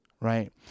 Right